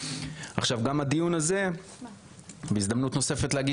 עכשיו גם הדיון הזה בהזדמנות נוספת להגיד